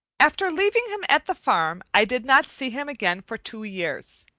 after leaving him at the farm i did not see him again for two years.